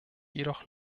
jedoch